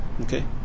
okay